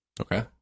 Okay